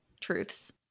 truths